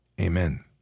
Amen